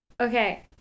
Okay